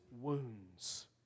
wounds